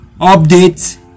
update